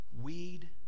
weed